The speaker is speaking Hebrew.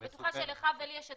אני בטוחה שלך ולי יש את